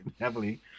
heavily